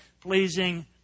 pleasing